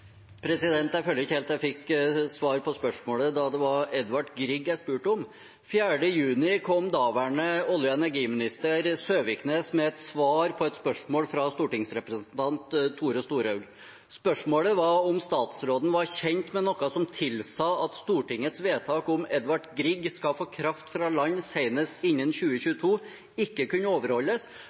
Jeg føler ikke helt at jeg fikk svar på spørsmålet, da det var Edvard Grieg jeg spurte om. Den 4. juni kom daværende olje- og energiminister Søviknes med et svar på et spørsmål fra stortingsrepresentant Tore Storehaug. Spørsmålet var om statsråden var kjent med noe som tilsa at Stortingets vedtak om at Edvard Grieg skal få kraft fra land senest innen 2022, ikke kunne overholdes,